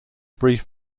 brief